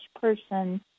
person